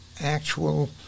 actual